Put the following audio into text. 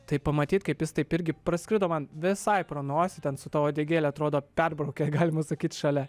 tai pamatyti kaip jis taip irgi praskrido man visai pro nosį ten su ta uodegėle atrodo perbraukė galima sakyti šalia